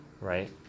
right